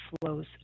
flows